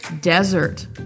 Desert